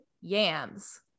yams